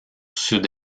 sud